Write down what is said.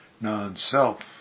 non-self